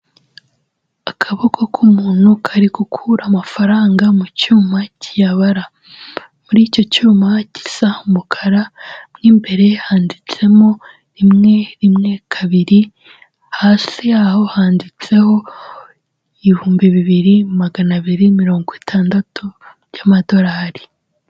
Akaboko k'umuntu kari gukura amafaranga mu cyuma kiyabara. Muri icyo cyuma gisa umukara, mo imbere handitsemo rimwe, rimwe, kabiri, hasi handitseho ibihumbi bibiri, magana abiri mirongo itandatu by'amadorari.